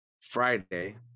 friday